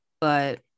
but-